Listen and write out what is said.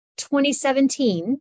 2017